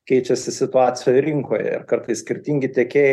keičiasi situacija rinkoje ir kartais skirtingi tiekėjai